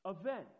event